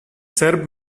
serb